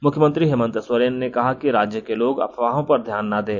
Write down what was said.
मुख्यमंत्री हेमंत सोरेन ने कहा कि राज्य के लोग अफवाहों पर ध्यान ना दें